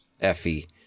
Effie